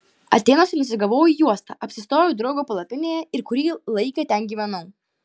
atėnuose nusigavau į uostą apsistojau draugo palapinėje ir kurį laiką ten gyvenau